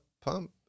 pump